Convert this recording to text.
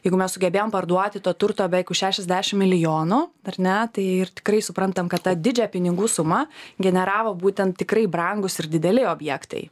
jeigu mes sugebėjom parduoti to turto beveik už šešiasdešim milijonų ar ne tai ir tikrai suprantam kad tą didžiąją pinigų sumą generavo būtent tikrai brangūs ir dideli objektai